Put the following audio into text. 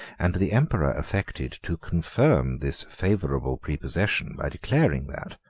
and the emperor affected to confirm this favorable prepossession, by declaring, that,